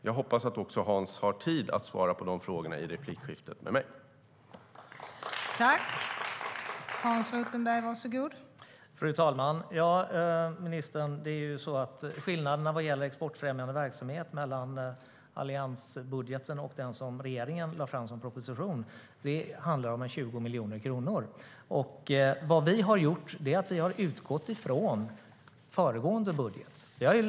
Jag hoppas att Hans har tid att svara på de frågorna i replikskiftet med mig.